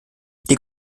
die